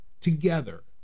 together